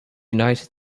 united